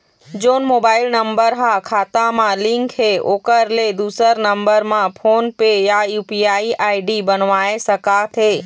जोन mobile number हा खाता मा लिन्क हे ओकर ले दुसर नंबर मा फोन पे या यू.पी.आई आई.डी बनवाए सका थे?